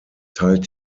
teilt